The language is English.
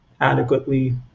adequately